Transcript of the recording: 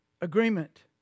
Agreement